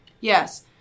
Yes